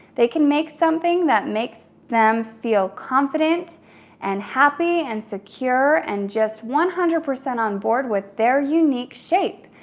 they can make something that makes them feel confident and happy and secure and just one hundred percent on board with their unique shape.